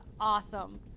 awesome